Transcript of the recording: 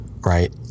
Right